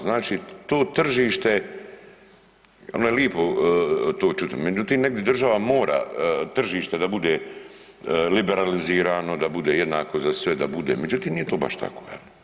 Znači to tržište ono je lipo to čuti, međutim negdje država mora tržište da bude liberalizirano, da bude jednako za sve, da bude međutim nije to baš tako.